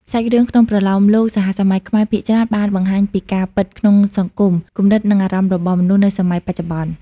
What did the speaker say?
សាច់រឿងក្នុងប្រលោមលោកសហសម័យខ្មែរភាគច្រើនបានបង្ហាញពីការពិតក្នុងសង្គម គំនិត និងអារម្មណ៍របស់មនុស្សនៅសម័យបច្ចុប្បន្ន។